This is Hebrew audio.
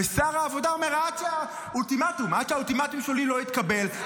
ושר העבודה אומר: עד שהאולטימטום שלי לא יתקבל,